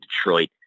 Detroit